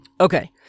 Okay